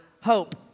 hope